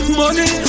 money